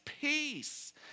peace